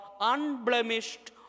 unblemished